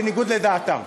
בניגוד לדעתם.